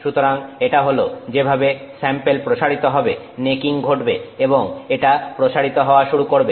সুতরাং এটা হল যেভাবে স্যাম্পেল প্রসারিত হবে নেকিং ঘটবে এবং এটা প্রসারিত হওয়া শুরু করবে